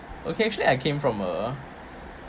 okay actually I came from a